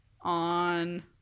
on